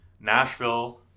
Nashville